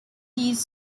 these